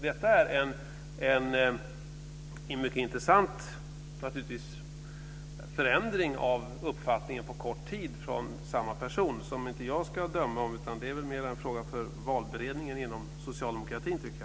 Detta är en mycket intressant förändring av uppfattningen på kort tid från samma person. Det är inte någonting som jag ska döma om, utan det är mer en fråga för valberedningen inom socialdemokraterna.